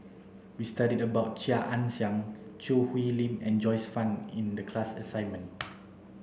we studied about Chia Ann Siang Choo Hwee Lim and Joyce Fan in the class assignment